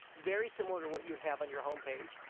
very similar to what you would have on your homepage.